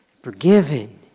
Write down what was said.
forgiven